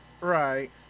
Right